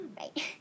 Right